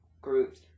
groups